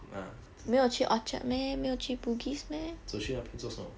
uh 走去那边做什么